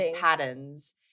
patterns